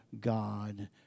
God